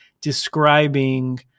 describing